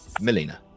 Melina